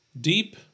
Deep